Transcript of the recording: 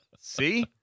See